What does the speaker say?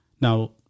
Now